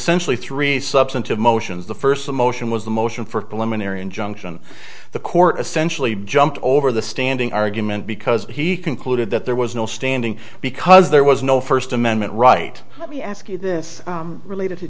essential a three substantive motions the first the motion was the motion for eliminator injunction the court essentially jumped over the standing argument because he concluded that there was no standing because there was no first amendment right let me ask you this related to